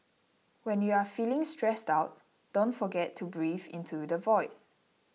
when you are feeling stressed out don't forget to breathe into the void